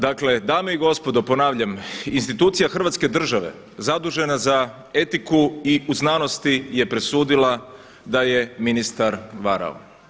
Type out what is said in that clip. Dakle, dame i gospodo, ponavljam, institucija Hrvatske države zadužena za etiku u znanosti je presudila da je ministar varao.